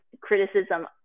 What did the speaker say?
criticism